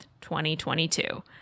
2022